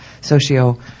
socio